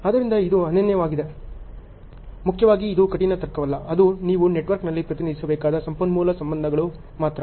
ಆದ್ದರಿಂದ ಇದು ಅನನ್ಯವಾಗಿದೆ ಮುಖ್ಯವಾಗಿ ಇದು ಕಠಿಣ ತರ್ಕವಲ್ಲ ಅದು ನೀವು ನೆಟ್ವರ್ಕ್ನಲ್ಲಿ ಪ್ರತಿನಿಧಿಸಬೇಕಾದ ಸಂಪನ್ಮೂಲ ಸಂಬಂಧಗಳು ಮಾತ್ರ